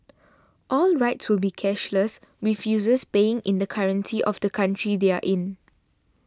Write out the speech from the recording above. all rides will be cashless with users paying in the currency of the country they are in